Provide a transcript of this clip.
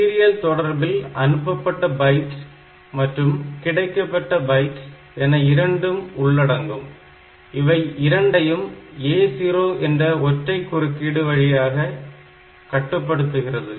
serial தொடர்பில் அனுப்பப்பட்ட byte மற்றும் கிடைக்கப்பெற்ற பைட் என இரண்டும் உள்ளடங்கும் இவை இரண்டையும் A0 என்ற ஒற்றை குறுக்கீடு வழியாக கட்டுப்படுத்துகிறது